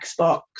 xbox